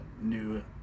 new